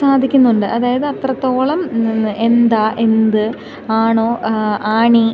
സാധിക്കുന്നുണ്ട് അതായത് അത്രത്തോളം ഇന്ന് എന്താ എന്ത് ആണോ ആണി